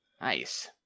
Nice